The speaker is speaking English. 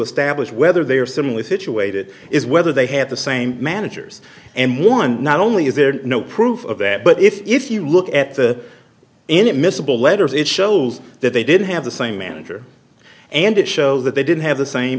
establish whether they are some with situated is whether they have the same managers and one not only is there no proof of that but if you look at the inadmissible letters it shows that they did have the same manager and it show that they didn't have the same